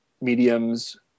mediums